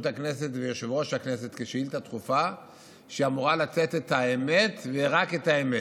הכנסת ויושב-ראש הכנסת כשאילתה דחופה היא אמורה לתת את האמת ורק את האמת.